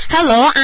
Hello